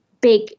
big